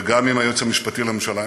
וגם עם היועץ המשפטי לממשלה,